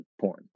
Porn